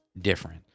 different